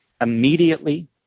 immediately